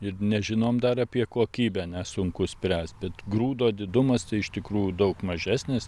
ir nežinom dar apie kokybę nes sunku spręst bet grūdo didumas tai iš tikrųjų daug mažesnis